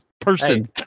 person